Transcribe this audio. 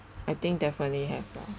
I think definitely have lah